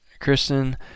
Kristen